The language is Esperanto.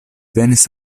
venis